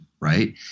Right